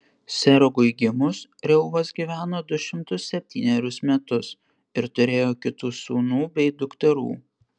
serugui gimus reuvas gyveno du šimtus septynerius metus ir turėjo kitų sūnų bei dukterų